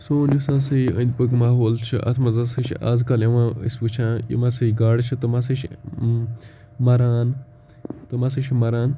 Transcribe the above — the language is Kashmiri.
سون یُس ہَسا یہِ أنٛدۍ پٕکۍ ماحول چھُ اَتھ مَنٛز ہَسا چھُ آزکَل یِوان أسۍ وٕچھان یِم ہَسا یہِ گاڑٕ چھِ تِم ہَسا چھِ مَران تِم ہَسا چھِ مَران